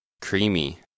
Creamy